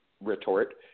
retort